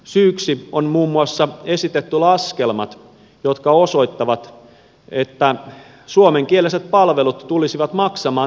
syyksi on muun muassa esitetty laskelmat jotka osoittavat että suomenkieliset palvelut tulisivat maksamaan liian paljon